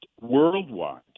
worldwide